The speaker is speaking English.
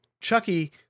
Chucky